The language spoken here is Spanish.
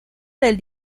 del